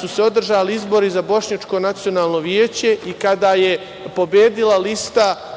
su se održali izbori za Bošnjačko nacionalno veće i kada je pobedila lista